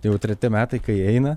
jau treti metai kai eina